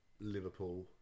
Liverpool